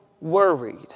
worried